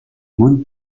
mount